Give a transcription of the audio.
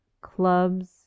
Clubs